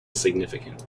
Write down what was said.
significant